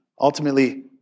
ultimately